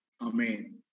Amen